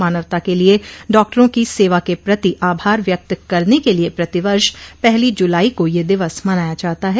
मानवता के लिए डॉक्टरों की सेवा के प्रति आभार व्यक्त करने के लिए प्रति वर्ष पहली जुलाई को यह दिवस मनाया जाता है